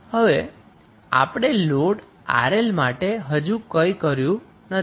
હવે આપણે લોડ 𝑅𝐿 માટે હજુ કંઈ કર્યુ નથી